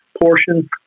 portion